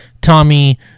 Tommy